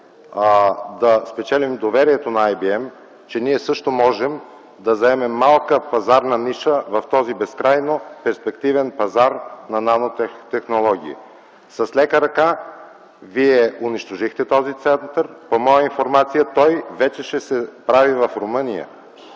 да спечелим доверието на Ай Би Ем, че ние също можем да вземем малко пазарна ниша в този безкрайно перспективен пазар на нанотехнологии. С лека ръка вие унищожихте този център. По моя информация, той вече ще се прави в Румъния,